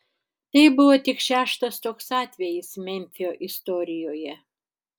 tai buvo tik šeštas toks atvejis memfio istorijoje